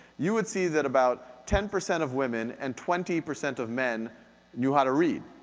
you would see that about ten percent of women and twenty percent of men knew how to read.